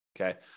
Okay